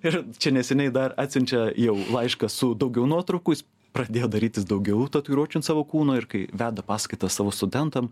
ir čia neseniai dar atsiunčia jau laišką su daugiau nuotraukų jis pradėjo darytis daugiau tatuiruočių ant savo kūno ir kai veda paskaitas savo studentam